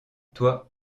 toi